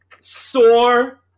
sore